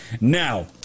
Now